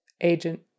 agent